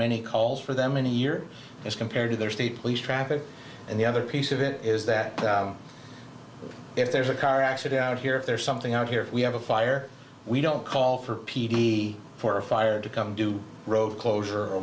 many calls for them in a year as compared to their state police traffic and the other piece of it is that if there's a car accident out here if there's something out here we have a fire we don't call for p d for a fire to come do road closure or